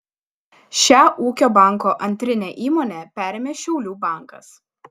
šią ūkio banko antrinę įmonę perėmė šiaulių bankas